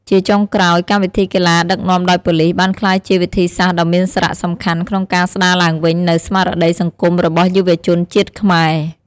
ជាចុងក្រោយ កម្មវិធីកីឡាដឹកនាំដោយប៉ូលីសបានក្លាយជាវិធីសាស្ត្រដ៏មានសារសំខាន់ក្នុងការស្ដារឡើងវិញនូវស្មារតីសង្គមរបស់យុវជនជាតិខ្មែរ។